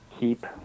keep